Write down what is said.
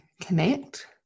connect